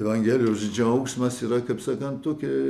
evangelijos džiaugsmas yra kaip sakant tokia